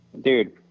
Dude